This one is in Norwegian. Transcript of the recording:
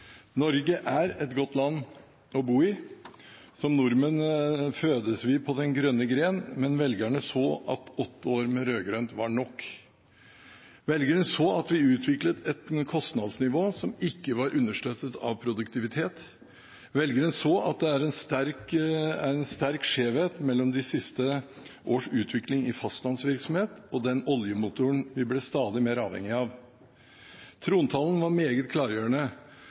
Norge er et godt land å bo i. Som nordmenn fødes vi på den grønne gren, men velgerne så at åtte år med rød-grønt var nok. Velgerne så at vi utviklet et kostnadsnivå som ikke var understøttet av produktivitet. Velgerne så at det var en sterk skjevhet mellom de siste års utvikling i fastlandsvirksomhet og den oljemotoren vi ble stadig mer avhengig av. Trontalen var meget klargjørende.